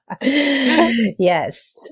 Yes